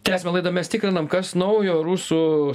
tęsiame laidą mes tikrinam kas naujo rusų